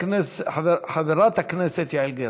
חברת הכנסת יעל גרמן.